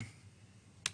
גם